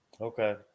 Okay